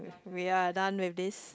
we are done with this